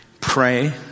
pray